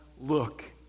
look